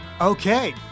Okay